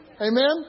Amen